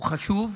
הוא חשוב.